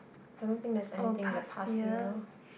I don't think there is anything in the past year